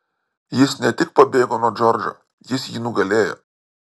jis ne tik pabėgo nuo džordžo jis jį nugalėjo